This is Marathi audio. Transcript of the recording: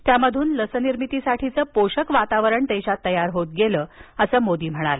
त्यामधून लस निर्मितीसाठीचं पोषक वातावरण तयार होत गेलं असं मोदी म्हणाले